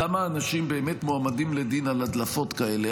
כמה אנשים באמת מועמדים לדין על הדלפות כאלה,